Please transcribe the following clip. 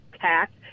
tax